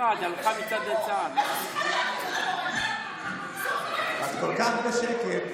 בשקט גמור, את כל כך בשקט.